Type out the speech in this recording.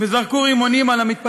כי פתחתי מרכז מיון קדמי